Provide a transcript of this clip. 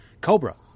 Cobra